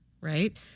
right